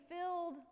filled